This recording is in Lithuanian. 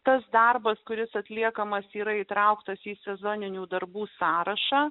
tas darbas kuris atliekamas yra įtrauktas į sezoninių darbų sąrašą